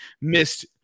missed